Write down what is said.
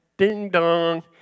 ding-dong